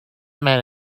man